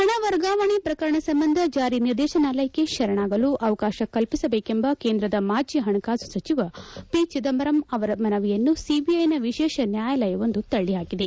ಹಣ ವರ್ಗಾವಣೆ ಪ್ರಕರಣ ಸಂಬಂಧ ಜಾರಿ ನಿರ್ದೇಶನಾಲಯಕ್ಕೆ ಶರಣಾಗಲು ಅವಕಾಶ ಕಲ್ಪಸಬೇಕೆಂಬ ಕೇಂದ್ರದ ಮಾಜಿ ಹಣಕಾಸು ಸಚಿವ ಪಿ ಚಿದಂಬರಂ ಅವರ ಮನವಿಯನ್ನು ಸಿಬಿಐನ ವಿಶೇಷ ನ್ಯಾಯಾಲಯವೊಂದು ತಳ್ಳಿಹಾಕಿದೆ